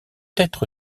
être